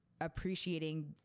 appreciating